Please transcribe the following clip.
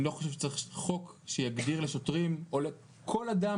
אני לא חושב שצריך חוק שיגדיר לשוטרים או לכל אדם